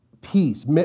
peace